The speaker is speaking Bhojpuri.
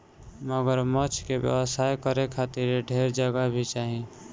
मगरमच्छ के व्यवसाय करे खातिर ढेर जगह भी चाही